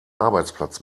arbeitsplatz